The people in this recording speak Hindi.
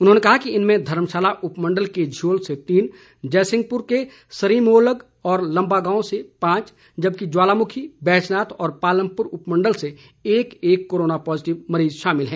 उन्होंने कहा कि इनमें धर्मशाला उपमंडल के झियोल से तीन जयसिंहपुर के सरीमोलग व लंबागांव से पांच जबकि ज्वालामुखी बैजनाथ और पालमपुर उपमंडल से एक एक कोरोना पॉजिटिव मरीज शामिल है